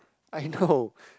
I know